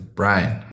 brian